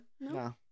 No